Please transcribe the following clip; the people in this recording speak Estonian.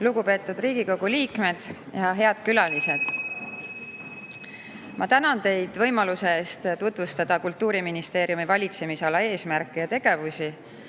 Lugupeetud Riigikogu liikmed! Head külalised! Ma tänan teid võimaluse eest tutvustada Kultuuriministeeriumi valitsemisala eesmärke ja tegevusi,